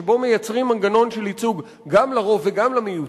שבו מייצרים מנגנון של ייצוג גם לרוב וגם למיעוט,